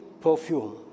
perfume